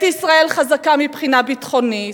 את ישראל חזקה מבחינה ביטחונית.